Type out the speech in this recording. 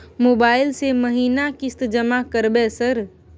Mobile से महीना किस्त जमा करबै सर?